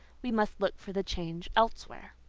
we must look for the change elsewhere.